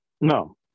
No